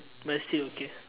but it's still okay